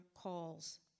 calls